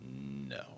No